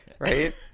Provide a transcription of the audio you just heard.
Right